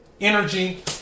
energy